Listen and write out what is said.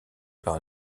par